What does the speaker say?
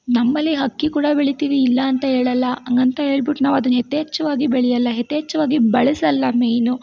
ನಮ್ಮಲ್ಲಿ ಅಕ್ಕಿ ಕೂಡ ಬೆಳಿತೀವಿ ಇಲ್ಲ ಅಂತ ಹೇಳಲ್ಲ ಹಂಗಂತ ಹೇಳ್ಬಿಟ್ ನಾವು ಅದನ್ನು ಯಥೇಚ್ವಾಗಿ ಬೆಳಿಯೋಲ್ಲ ಯಥೇಚ್ಛವಾಗಿ ಬಳ್ಸೋಲ್ಲ ಮೇಯ್ನು